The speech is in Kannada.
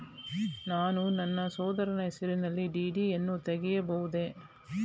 ನಾನು ನನ್ನ ಸಹೋದರನ ಹೆಸರಿನಲ್ಲಿ ಡಿ.ಡಿ ಯನ್ನು ತೆಗೆಯಬಹುದೇ?